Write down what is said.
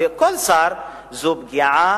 כל שר, זאת פגיעה